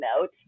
note